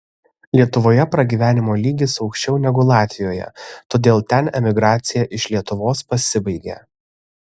lietuvoje pragyvenimo lygis aukščiau negu latvijoje todėl ten emigracija iš lietuvos pasibaigė